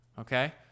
Okay